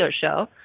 show